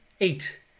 eight